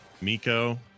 Miko